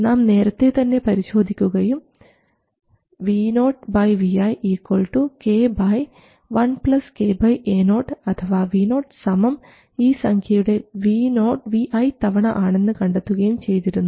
നാം നേരത്തെ തന്നെ പരിശോധിക്കുകയും Vo Vi k 1 k Ao അഥവാ Vo സമം ഈ സംഖ്യയുടെ Vi തവണ ആണെന്ന് കണ്ടെത്തുകയും ചെയ്തിരുന്നു